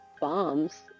bombs